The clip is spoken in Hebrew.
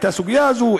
את הסוגיה הזו,